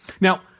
Now